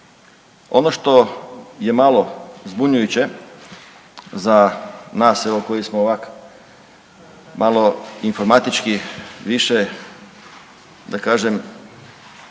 Ono što je malo zbunjujuće za nas evo koji smo ovak malo informatički više da kažem